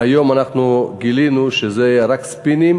והיום אנחנו גילינו שזה רק ספינים